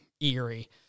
eerie